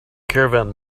caravan